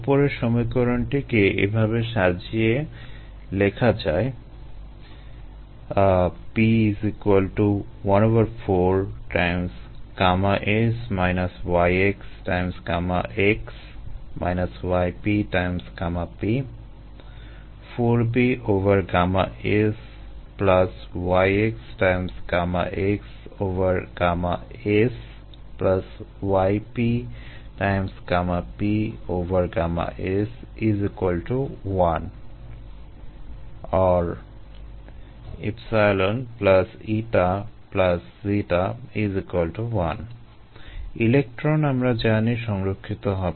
উপরের সমীকরণটিকে এভাবে সাজিয়ে লেখা যায় ইলেক্ট্রন আমরা জানি সংরক্ষিত হবে